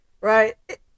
Right